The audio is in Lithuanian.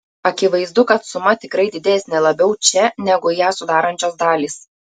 akivaizdu kad suma tikrai didesnė labiau čia negu ją sudarančios dalys